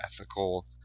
ethical